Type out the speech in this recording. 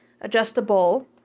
adjustable